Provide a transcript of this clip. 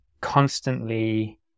constantly